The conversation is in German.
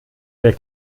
der